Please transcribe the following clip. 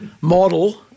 model